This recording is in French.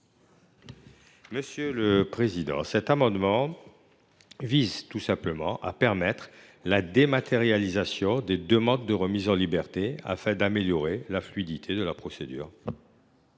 M. Guy Benarroche. Cet amendement vise tout simplement à permettre la dématérialisation des demandes de remise en liberté, afin d’améliorer la fluidité de la procédure.